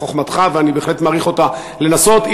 ובחוכמתך, ואני בהחלט מעריך אותה, לעשות.